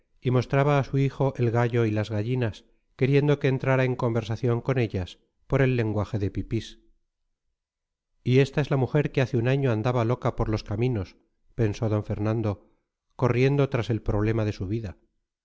y mostraba a su hijo el gallo y las gallinas queriendo que entrara en conversación con ellas por el lenguaje de pipís y esta es la mujer que hace un año andaba loca por los caminos pensó d fernando corriendo tras el problema de su vida